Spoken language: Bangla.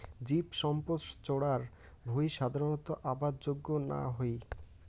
জীবসম্পদ চরার ভুঁই সাধারণত আবাদ যোগ্য না হই